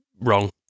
wrong